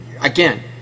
Again